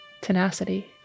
tenacity